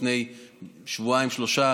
לפני שבועיים-שלושה,